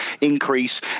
increase